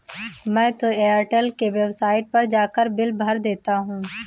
मैं तो एयरटेल के वेबसाइट पर जाकर बिल भर देता हूं